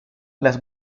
las